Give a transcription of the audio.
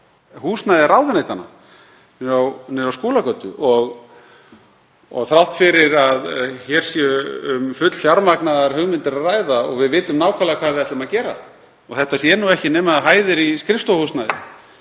húsnæði ráðuneytanna, á Skúlagötu, og þrátt fyrir að um fullfjármagnaðar hugmyndir sé að ræða og við vitum nákvæmlega hvað við ætlum að gera og þetta séu ekki nema hæðir í skrifstofuhúsnæði